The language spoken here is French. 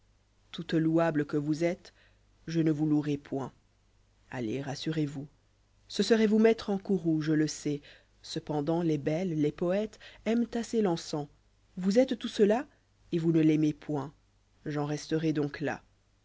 toute louable que vous êtes iïe ne vous louerai point allez rassurez-vous ce serait vous mettre en courroux lïe lé sais cependant les belles les poètes aiment assez l'encens vous êtes tout cela et vous ne l'aimez point j'en resterai donc là